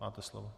Máte slovo.